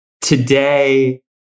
Today